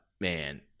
man